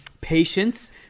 patience